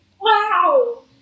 Wow